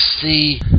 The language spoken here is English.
see